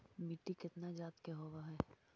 मिट्टी कितना जात के होब हय?